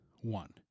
One